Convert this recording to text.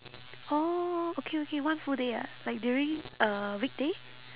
oh okay okay one full day ah like during a weekday